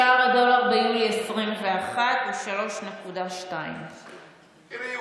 שער הדולר ביולי 2021 היה 3.2. תראי,